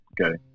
Okay